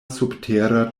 subtera